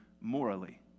morally